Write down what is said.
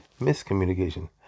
miscommunication